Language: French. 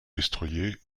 destroyers